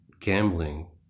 Gambling